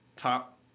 top